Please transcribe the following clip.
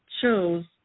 chose